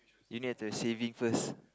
you need to saving first